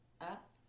Up